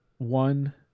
One